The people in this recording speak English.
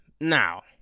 now